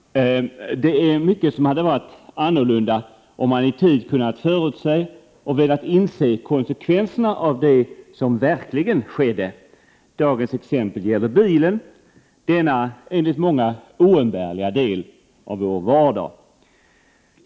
Herr talman! Det är mycket som hade varit annorlunda om man i tid kunnat förutse och velat inse konsekvenserna av det som verkligen skedde. Dagens exempel gäller bilen, denna enligt många oumbärliga del av vår vardag.